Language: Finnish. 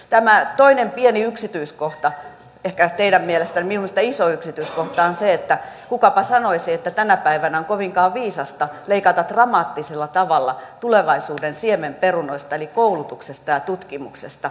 tämä toinen pieni yksityiskohta ehkä teidän mielestänne minun mielestäni iso yksityiskohta on se että kukapa sanoisi että tänä päivänä on kovinkaan viisasta leikata dramaattisella tavalla tulevaisuuden siemenperunoista eli koulutuksesta ja tutkimuksesta